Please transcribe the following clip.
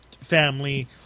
family